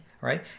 right